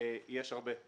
יש הרבה.